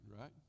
right